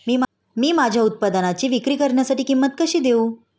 मी माझ्या उत्पादनाची विक्री करण्यासाठी किंमत कशी देऊ?